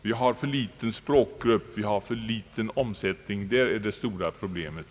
Vi har i vårt land en alltför liten språkgrupp, en för liten marknad för böcker. Det är det stora problemet.